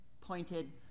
pointed